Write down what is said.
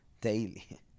daily